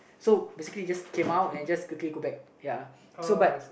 so basically just came out and just quickly go back ya so but